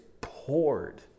poured